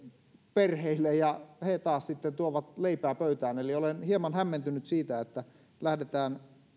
perheille ja he taas sitten tuovat leipää pöytään eli olen hieman hämmentynyt siitä että lähdetään